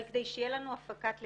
אבל כדי שיהיה לנו הפקת לקחים.